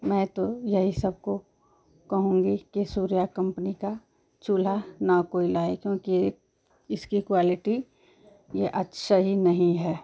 मैं तो यही सबको कहूँगी कि सूर्या कंपनी का चूल्हा न कोई लाए क्योंकि इसकी क्वालिटी ये अच्छा ही नहीं है